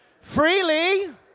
Freely